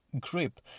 grip